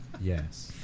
yes